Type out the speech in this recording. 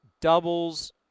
doubles